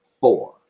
four